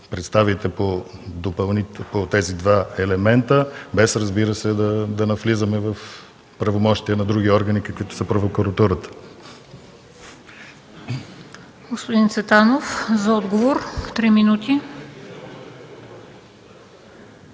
представите по тези два елемента, без, разбира се, да навлизаме в правомощията на други органи, каквато е прокуратурата?